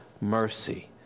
mercy